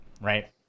right